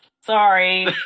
Sorry